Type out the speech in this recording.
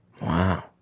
Wow